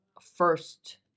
first